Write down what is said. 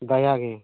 ᱫᱟᱭᱟ ᱜᱮ